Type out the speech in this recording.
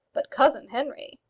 but cousin henry!